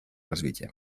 развития